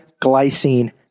glycine